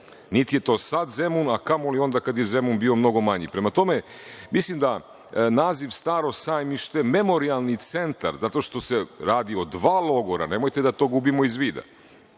niti je to sad Zemun, a kamoli onda kada je Zemun bio mnogo manji. Prema tome, mislim da naziv „Staro sajmište“ Memorijalni centar, zato što se radi o dva logora, nemojte da to gubimo iz vida,